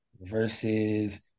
versus